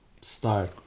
start